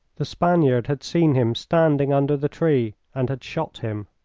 the spaniard had seen him standing under the tree and had shot him.